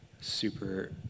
Super